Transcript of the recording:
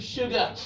sugar